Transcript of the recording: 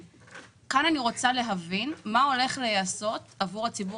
כאן אני רוצה להבין מה הולך להיעשות עבור הציבור